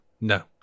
No